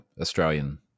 Australian